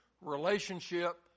relationship